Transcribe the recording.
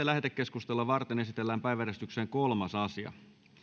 lähetekeskustelua varten esitellään päiväjärjestyksen kolmas asia